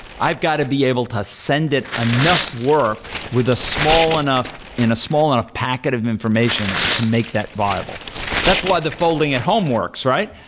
i've got to be able to send it enough work with a small enough, in a small enough packet of information to make that viable that's why the folding at home works, right?